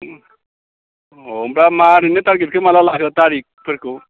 अह होमब्ला माह ओरैनो टारगेटखौ माला लागोन टारिगफोरखौ